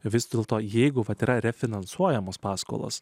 vis dėlto jeigu vat yra refinansuojamos paskolos